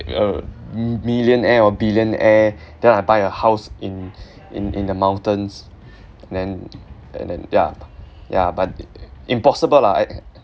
a mi~ millionaire or billionaire then I buy a house in in in the mountains and then and then ya ya but impossible lah I I